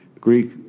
Greek